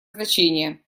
значение